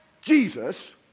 Jesus